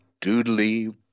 doodly